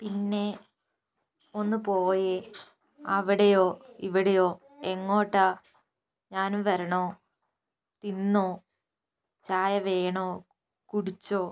പിന്നേ ഒന്ന് പോയേ അവിടെയോ ഇവിടെയോ എങ്ങോട്ടാ ഞാനും വരണോ തിന്നോ ചായ വേണോ കുടിച്ചോ